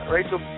Rachel